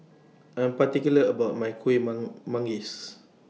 I Am particular about My Kuih Manggis